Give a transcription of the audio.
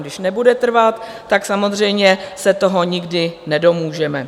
Když nebude trvat, tak samozřejmě se toho nikdy nedomůžeme.